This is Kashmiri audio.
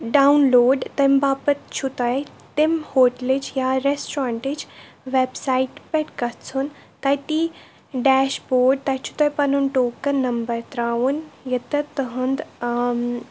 ڈاوُن لوڈ تمہِ باپَتھ چھُ تۄہہِ تمہِ ہوٹلٕچ یا ریسٹورنٹٕچ ویب سایٹہِ پٮ۪ٹھ گژھُن تتی ڈیش بورڈ تَتہِ چھُ تۄہہِ پَنُن ٹوکَن نمبر ترٛاوُن ییٚتٮ۪تھ تُہُند